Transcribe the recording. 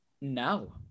no